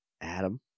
Adam